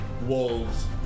Wolves